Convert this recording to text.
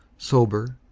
sober,